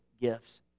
gifts